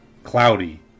Cloudy